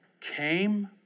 came